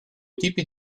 tipi